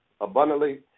abundantly